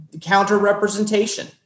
counter-representation